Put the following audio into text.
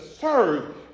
serve